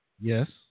Yes